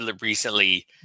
recently